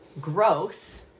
growth